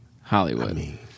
Hollywood